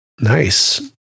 Nice